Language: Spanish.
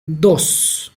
dos